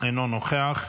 אינו נוכח.